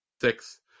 Six